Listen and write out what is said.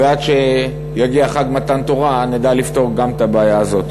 ועד שיגיע חג מתן תורה נדע לפתור גם את הבעיה הזאת.